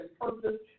purpose